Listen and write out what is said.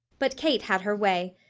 but kate had her way.